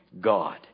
God